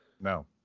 No